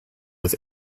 with